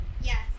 Yes